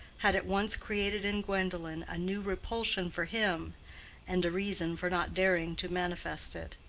had at once created in gwendolen a new repulsion for him and a reason for not daring to manifest it.